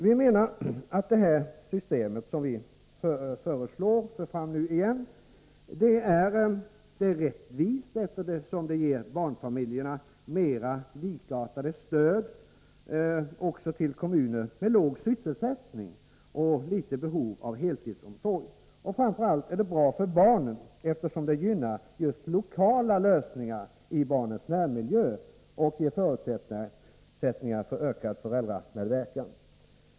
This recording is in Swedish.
Vi menar att detta system, som vi föreslår nu igen, är rättvist, eftersom det ger barnfamiljerna mer likartade förutsättningar och ger stöd också till kommuner med låg sysselsättning och litet behov av heltidsomsorg. Framför allt är det bra för barnen, eftersom det gynnar lokala lösningar i barnens närmiljö och ger förutsättningar för ökad föräldramedverkan.